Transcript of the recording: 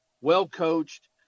well-coached